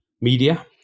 media